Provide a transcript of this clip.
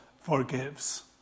forgives